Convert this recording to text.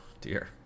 Dear